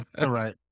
right